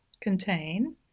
Contain